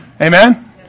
Amen